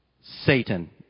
Satan